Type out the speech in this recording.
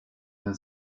der